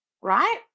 right